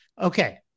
Okay